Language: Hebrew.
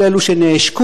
כל אלו שנעשקו,